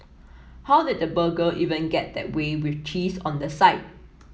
how did the burger even get that way with cheese on the side